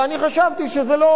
ואני חשבתי שזה לא,